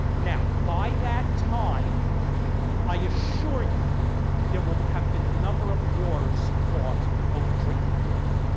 now by that time i assure you there will will have been the number of wars fought over drinking water.